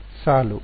ವಿದ್ಯಾರ್ಥಿ ಸಾಲು